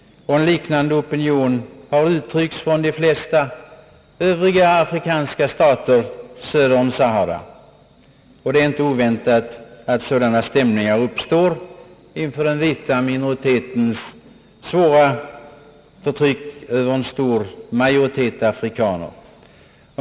En liknande opinion har uttryckts från de flesta övriga afrikanska stater »söder om Sahara». Dessa stämningar är inte oväntade inför den vita minoritetens svåra förtryck över en stor majoritet afrikaner.